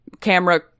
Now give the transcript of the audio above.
camera